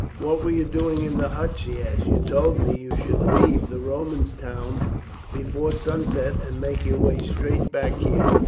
what were you doing in the hut? she asked. you told me you should leave the romans' town before sunset and make your way straight back here.